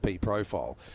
profile